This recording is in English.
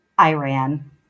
Iran